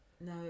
no